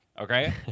okay